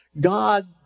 God